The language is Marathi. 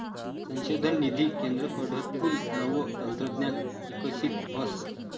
संशोधन निधी केंद्रकडथून नवं तंत्रज्ञान इकशीत व्हस